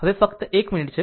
હવે ફક્ત 1 મિનિટ છે